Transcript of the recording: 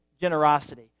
generosity